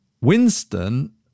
Winston